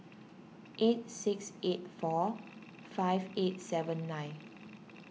eight six eight four five eight seven nine